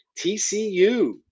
TCU